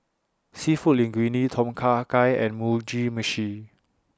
Seafood Linguine Tom Kha Gai and Mugi Meshi